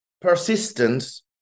persistence